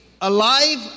alive